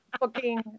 Booking